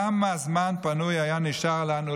כמה זמן פנוי היה נשאר לנו,